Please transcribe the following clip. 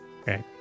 Okay